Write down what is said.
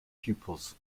pupils